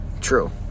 True